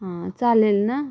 हां चालेल ना